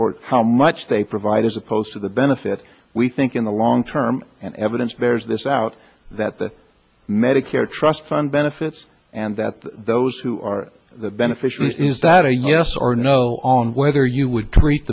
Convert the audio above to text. for how much they provide as opposed to the benefit we think in the long term and evidence bears this out that the medicare trust fund benefits and that those who are the beneficiaries is that a yes or no on whether you would treat